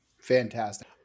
Fantastic